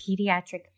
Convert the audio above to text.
Pediatric